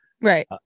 Right